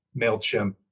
MailChimp